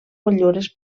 motllures